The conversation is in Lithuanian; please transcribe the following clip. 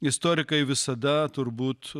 istorikai visada turbūt